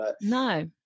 No